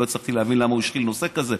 לא הצלחתי להבין למה הוא השחיל נושא כזה.